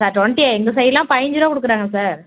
sir டுவெண்ட்டியா எங்கள் சைட்லாம் பதினஞ்சி ரூபா கொடுக்குறாங்க சார்